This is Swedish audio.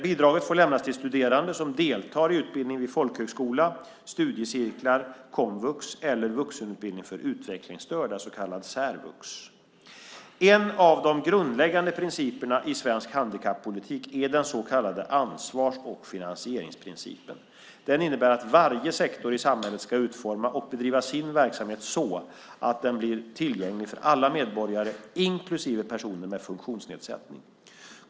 Bidraget får lämnas till studerande som deltar i utbildning vid folkhögskola, studiecirklar, komvux eller vuxenutbildning för utvecklingsstörda, särvux. En av de grundläggande principerna i svensk handikappolitik är den så kallade ansvars och finansieringsprincipen. Den innebär att varje sektor i samhället ska utforma och bedriva sin verksamhet så att den blir tillgänglig för alla medborgare, inklusive personer med funktionsnedsättning.